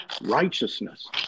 righteousness